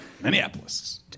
Minneapolis